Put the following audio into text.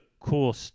cool